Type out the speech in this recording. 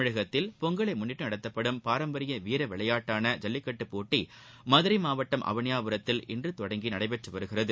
தமிழகத்தில் பொங்கலை முன்னிட்டு நடத்தப்படும் பாரம்பரிய வீர விளையாட்டான ஜல்லிக்கட்டு போட்டி மதுரை மாவட்டம் அவளியாபுரத்தில் இன்று தொடங்கி நடைபெற்று வருகிறது